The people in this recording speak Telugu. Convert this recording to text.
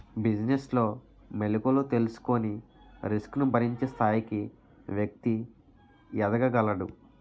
బిజినెస్ లో మెలుకువలు తెలుసుకొని రిస్క్ ను భరించే స్థాయికి వ్యక్తి ఎదగగలడు